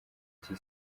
ati